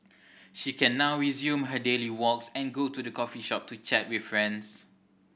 she can now resume her daily walks and go to the coffee shop to chat with friends